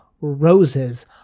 roses